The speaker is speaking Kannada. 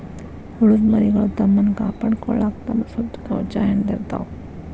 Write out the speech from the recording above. ಹುಳದ ಮರಿಗಳು ತಮ್ಮನ್ನ ಕಾಪಾಡಕೊಳಾಕ ತಮ್ಮ ಸುತ್ತ ಕವಚಾ ಹೆಣದಿರತಾವ